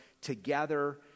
together